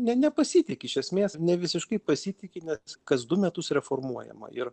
jie nepasitiki iš esmės ne visiškai pasitiki nes kas du metus reformuojama ir